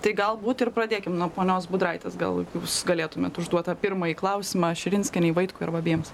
tai galbūt ir pradėkim nuo ponios budraitis gal jūs galėtumėt užduot tą pirmąjį klausimą širinskienei vaitkui ar abiems